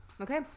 Okay